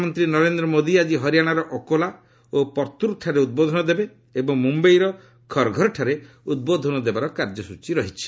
ପ୍ରଧାନମନ୍ତ୍ରୀ ନରେନ୍ଦ୍ର ମୋଦି ଆଜି ହରିଆଣାର ଅକୋଲା ଓ ପର୍ଭୁର୍ଠାରେ ଉଦ୍ବୋଧନ ଦେବେ ଏବଂ ମୁମ୍ବାଇର ଖର୍ଘର୍ଠାରେ ଉଦ୍ବୋଧନ ଦେବାର କାର୍ଯ୍ୟସ୍କଚୀ ରହିଛି